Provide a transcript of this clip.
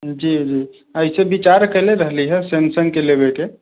जी जी एहिसे विचार कैले रहलि हऽ सैमसंगके लेबेके